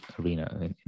arena